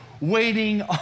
waiting